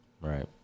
Right